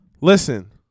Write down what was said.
listen